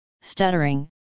stuttering